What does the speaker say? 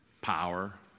Power